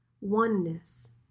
oneness